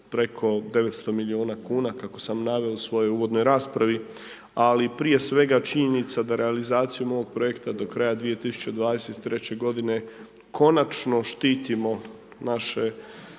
preko 900 miliona kuna kako sam naveo u svojoj uvodnoj raspravi, ali prije svega činjenica da realizacijom ovog projekta do kraja 2023. godine konačno štitimo naše